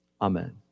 Amen